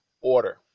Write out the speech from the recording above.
order